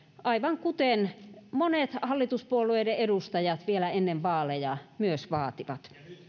aivan kuten myös monet hallituspuolueiden edustajat vielä ennen vaaleja vaativat